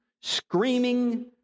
screaming